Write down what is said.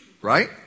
Right